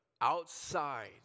outside